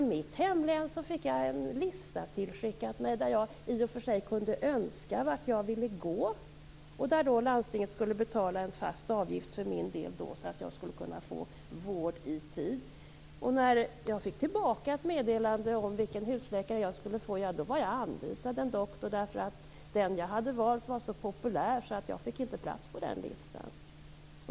I mitt hemlän gick det till så att jag fick en lista tillskickad mig där jag kunde önska till vem som jag ville gå och landstinget skulle betala en fast avgift för att jag skulle få vård i tid. När jag fick besked om vilken husläkare jag skulle få blev jag anvisad en doktor därför att den som jag hade valt var så populär att jag inte fick plats på den listan.